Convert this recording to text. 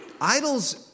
Idols